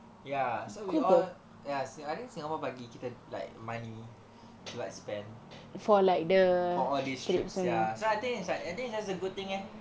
ya so we all ya I think singapore bagi kita like money to like spend for all these trips sia so I think it's like I think that's a good thing eh